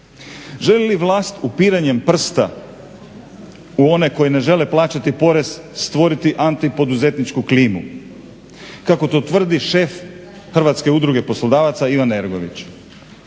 Želi li vlast upiranjem prsta u one koji ne žele plaćati porez stvoriti antipoduzetničku klimu kako to tvrdi šef Hrvatske udruge poslodavaca Ivan Ergović.